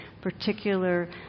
particular